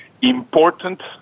important